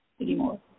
anymore